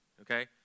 okay